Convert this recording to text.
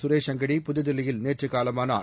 சுரேஷ் அங்கடி புதுதில்லியில் நேற்று காலமானார்